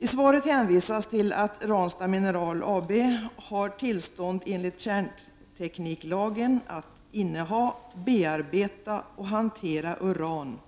I svaret hänvisas till att Ranstad Mineral AB har tillstånd enligt kärntekniklagen att inneha, bearbeta och hantera uran